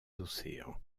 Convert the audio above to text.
océans